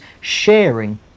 sharing